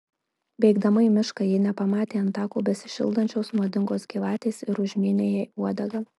bėgdama į mišką ji nepamatė ant tako besišildančios nuodingos gyvatės ir užmynė jai uodegą